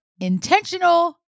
intentional